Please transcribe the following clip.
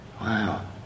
Wow